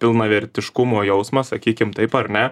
pilnavertiškumo jausmą sakykim taip ar ne